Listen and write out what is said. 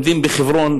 לומדים בחברון,